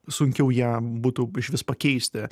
sunkiau ją būtų išvis pakeisti